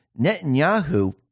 Netanyahu